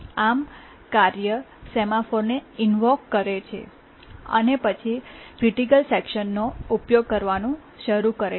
આમ કાર્ય સેમાફોરને ઇન્વોક કરે છે અને પછી ક્રિટિકલ સેકશનનો ઉપયોગ કરવાનું શરૂ કરે છે